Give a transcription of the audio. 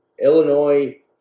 illinois